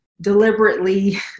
deliberately